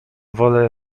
wolę